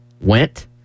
went